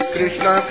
Krishna